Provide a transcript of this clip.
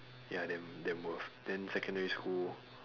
ya damn damn worth then secondary school